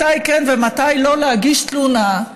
מתי כן ומתי לא להגיש תלונה.